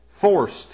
forced